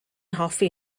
hoffi